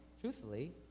truthfully